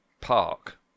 Park